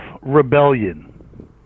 rebellion